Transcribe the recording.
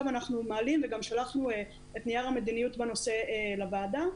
אנחנו מעלים וגם שלחנו את נייר המדיניות בנושא לוועדה,